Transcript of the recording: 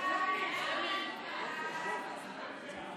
להעביר את הצעת חוק עבודת נשים